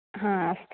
आम् अस्तु